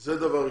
זה דבר ראשון.